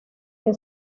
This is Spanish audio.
que